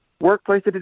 workplace